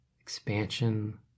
expansion